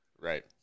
Right